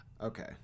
Okay